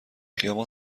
خیابان